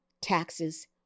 taxes